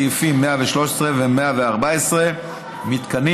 סעיפים 113 ו-114 (מתקנים